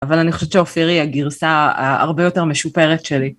אבל אני חושבת שאופירי היא הגרסה הרבה יותר משופרת שלי.